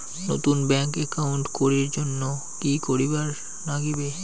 নতুন bank account করির জন্যে কি করিব নাগিবে?